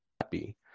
happy